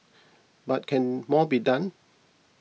but can more be done